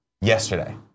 Yesterday